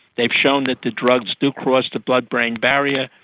they've shown that the drugs do cross the blood-brain barrier,